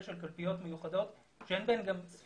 של קלפיות מיוחדות כי אין בהן גם ספירה.